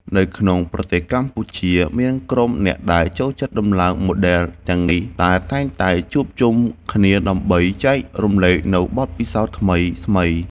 នៅក្នុងប្រទេសកម្ពុជាមានក្រុមអ្នកដែលចូលចិត្តដំឡើងម៉ូដែលទាំងនេះដែលតែងតែជួបជុំគ្នាដើម្បីចែករំលែកនូវបទពិសោធន៍ថ្មីៗ។